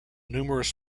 numerous